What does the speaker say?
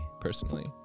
personally